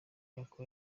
kuko